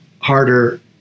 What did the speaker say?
harder